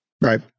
right